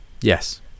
Yes